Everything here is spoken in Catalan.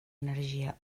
energia